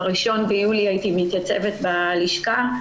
ב-1 ביולי הייתי מתייצבת בלשכה,